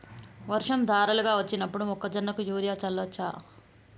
వర్షం ధారలుగా వచ్చినప్పుడు మొక్కజొన్న కు యూరియా చల్లచ్చా?